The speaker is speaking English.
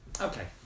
Okay